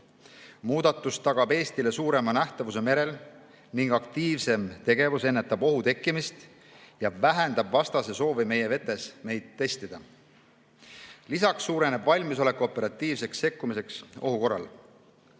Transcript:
Muudatus tagab Eestile suurema nähtavuse merel ning aktiivsem tegevus ennetab ohu tekkimist ja vähendab vastase soovi meie vetes neid testida. Lisaks suureneb valmisolek operatiivseks sekkumiseks ohu korral.